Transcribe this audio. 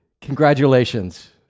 Congratulations